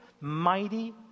mighty